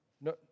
No